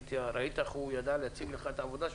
ראית איך הוא ידע להציג לך את העבודה שלו?